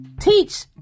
Teach